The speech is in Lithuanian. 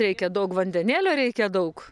reikia daug vandenėlio reikia daug